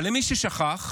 אבל למי ששכח,